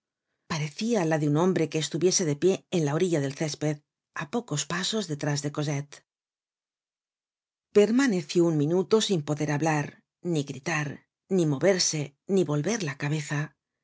parecia la de un hombre que estuviese de pie en la orilla del césped á pocos pasos detrás de cosette permaneció un minuto sin poder hablar ni gritar ni moverse ni volver la cabeza